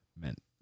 meant